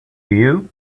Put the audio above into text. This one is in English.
you